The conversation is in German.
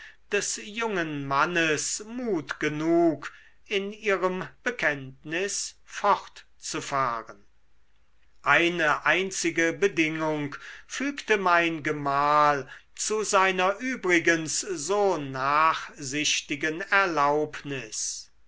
des jungen mannes mut genug in ihrem bekenntnis fortzufahren eine einzige bedingung fügte mein gemahl zu seiner übrigens so nachsichtigen erlaubnis